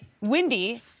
windy